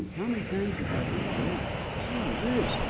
how many times have i heard that? gee, whiz.